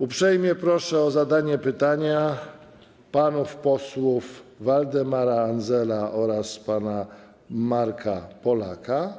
Uprzejmie proszę o zadanie pytania panów posłów Waldemara Andzela oraz Marka Polaka